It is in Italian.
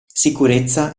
sicurezza